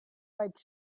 white